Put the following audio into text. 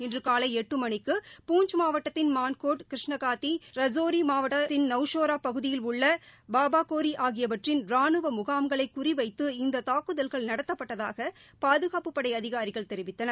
இன்றுகாலைஎட்டுமணிக்கு பூஞ்ச் மாவட்டத்தின் மான்கோட் கிருஷ்ணாகதி ரஜோரிமாவட்டத்தின் நௌஷேராபகுதியில் உள்ளபாபாகோரிஆகியவற்றின் ரானுவமுகாம்களைகுறிவைத்து இந்ததாக்குதல்கள் நடத்தப்பட்டதாகபாதுகாப்புப்படைஅதிகாரிகள் தெரிவித்தனர்